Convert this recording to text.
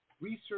Research